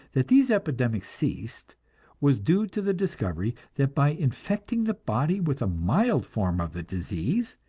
that these epidemics ceased was due to the discovery that by infecting the body with a mild form of the disease,